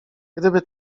gdyby